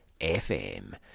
FM